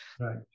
right